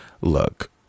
Look